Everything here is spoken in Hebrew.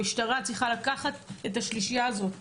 המשטרה צריכה לקחת את השלישייה הזאת ולהתנצל.